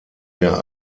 der